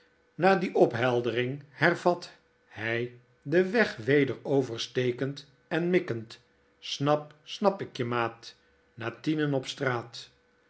na die opheldering hervat hy den weg weder overstekead en mikkend snap snap ik je maat na tienen op straat